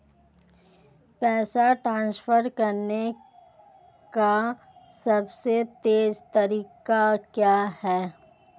पैसे ट्रांसफर करने का सबसे तेज़ तरीका क्या है?